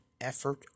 effort